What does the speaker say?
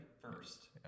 first